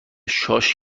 شاش